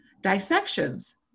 dissections